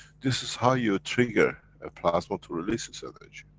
this is how you trigger a plasma to release its energy,